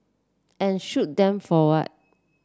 and shoot them for what